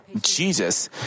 Jesus